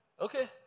Okay